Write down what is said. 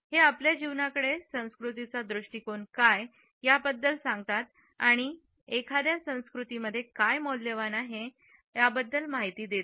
हे आपल्या जीवनाकडे संस्कृतीचा दृष्टिकोन काय याबद्दल सांगतात आणि एखाद्या संस्कृती काय मौल्यवान आहे याबद्दल माहिती देतात